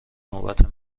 نوبت